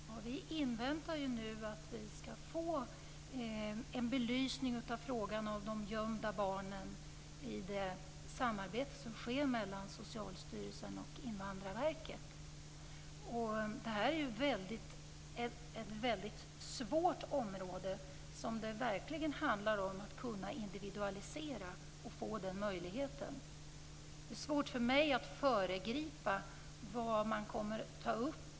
Fru talman! Vi inväntar nu en belysning av frågan om de gömda barnen genom det samarbete som sker mellan Socialstyrelsen och Invandrarverket. Detta är ett väldigt svårt område. Det handlar verkligen om att kunna individualisera och få den möjligheten. Det är svårt för mig att föregripa det man tänker ta upp.